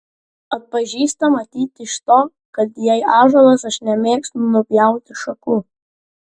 atpažįsta matyt iš to kad jei ąžuolas aš nemėgstu nupjauti šakų